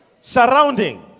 Surrounding